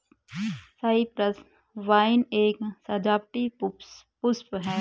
Cyprus vine एक सजावटी पुष्प है